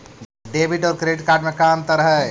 Debit और credit card में का अंतर हइ?